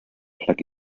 plug